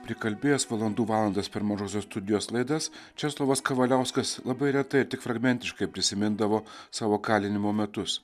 prikalbėjęs valandų valandas per mažosios studijos laidas česlovas kavaliauskas labai retai tik fragmentiškai prisimindavo savo kalinimo metus